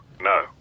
No